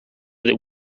the